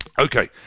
Okay